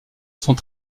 sont